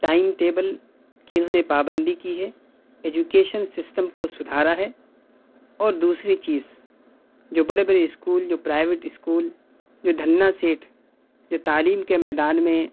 time table کی اِنہوں نے پابندی کی ہے ایجوکیشن سسٹم کو سدھارا ہے اور دوسری چیز جو بڑے بڑے اسکول جو پرائیویٹ اسکول جو دھنا سیٹھ جو تعلیم کے میدان میں